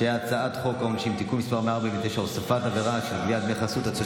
הצעת חוק העונשין (תיקון מס' 149) (הוספת עבירה של גביית דמי חסות),